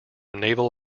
naval